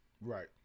right